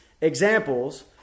examples